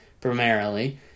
primarily